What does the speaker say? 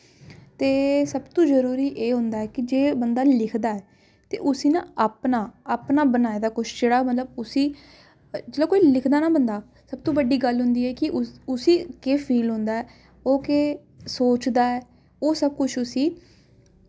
ते सबतू जरूरी एह् होंदा ऐ कि जे बंदा लिखदा ऐ ते उस्सी ना अपना अपना बनाए दा कुछ मतलब उस्सी जेह्ड़ा कोई लिखदा ना बंदा सबतू बड्डी गल्ल होंदी ऐ कि उस्सी केह् फील होंदा ऐ ओह् केह् सोचदा ऐ ओह् सब कुछ उस्सी